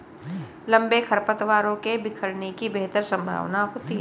लंबे खरपतवारों के बिखरने की बेहतर संभावना होती है